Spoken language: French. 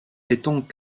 étant